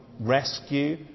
rescue